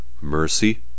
Mercy